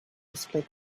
display